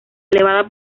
elevada